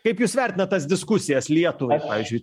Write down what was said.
kaip jūs vertinat tas diskusijas lietuvai pavyzdžiui